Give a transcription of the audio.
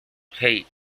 hey